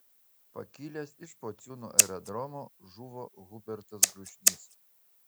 pakilęs iš pociūnų aerodromo žuvo hubertas grušnys